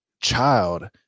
child